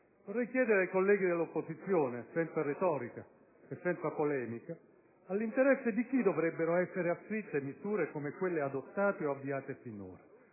vorrei chiedere ai colleghi dell'opposizione, senza retorica e senza polemica: all'interesse di chi dovrebbero essere ascritte misure come quelle adottate o avviate finora?